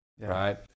right